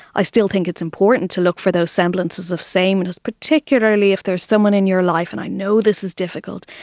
i still think it's important to look for those semblances of sameness, particularly if there's someone in your life, and i know this is difficult,